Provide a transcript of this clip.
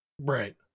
right